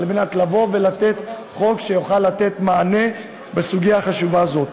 על מנת לבוא ולתת חוק שיוכל לתת מענה בסוגיה חשובה זאת.